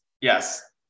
Yes